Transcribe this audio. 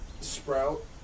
Sprout